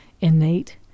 innate